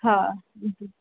हा जी जी